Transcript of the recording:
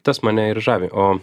tas mane ir žavi o